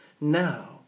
now